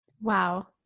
wow